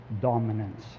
dominance